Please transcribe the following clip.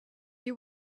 you